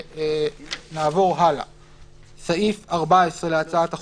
אני עובר לסעיף 14 בהצעת החוק.